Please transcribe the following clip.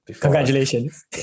Congratulations